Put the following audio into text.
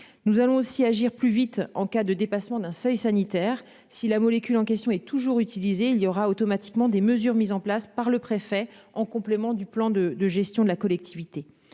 nous allons aussi agir plus vite en cas de dépassement d'un seuil sanitaire si la molécule en question est toujours utilisé, il y aura automatiquement des mesures mises en place par le préfet en complément du plan de de gestion de la collectivité.